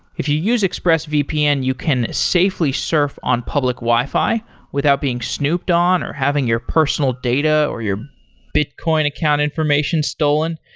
if you use expressvpn, you can safely surf on public wi-fi without being snooped on or having your personal data or your bitcoin account information stolen.